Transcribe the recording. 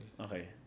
Okay